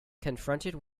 confronted